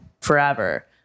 forever